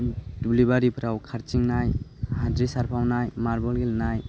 दुब्लि बारिफ्राव खारदिंनाय हाद्रि सारफावनाय मारबल गेलेनाय